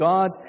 God